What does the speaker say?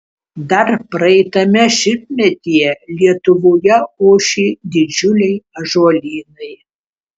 dar praeitame šimtmetyje lietuvoje ošė didžiuliai ąžuolynai